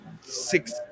six